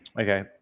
Okay